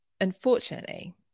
unfortunately